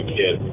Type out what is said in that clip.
kid